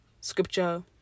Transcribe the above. scripture